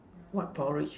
what porridge